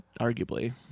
arguably